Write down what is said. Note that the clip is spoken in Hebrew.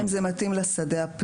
השאלה היא האם זה מתאים לשדה הפלילי,